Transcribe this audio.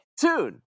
tune